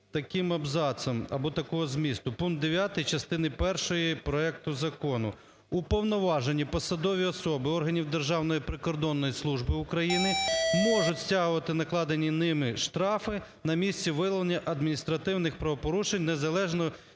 таким абзацом або такого змісту. Пункт 9 частини першої проекту Закону: "Уповноважені посадові особи органів Державної прикордонної служби України можуть стягувати накладені ними штрафи на місці виявлення адміністративних правопорушень, незалежно